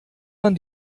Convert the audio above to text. man